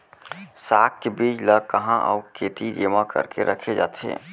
साग के बीज ला कहाँ अऊ केती जेमा करके रखे जाथे?